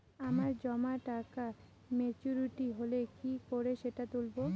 আমার জমা টাকা মেচুউরিটি হলে কি করে সেটা তুলব?